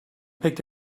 picked